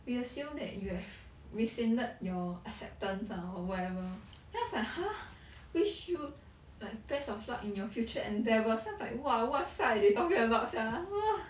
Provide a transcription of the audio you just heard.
we assume that you have rescinded your acceptance ah or whatever then I was like !huh! wish you like best of luck in your future endeavours then I was like what sai they talking about sia ugh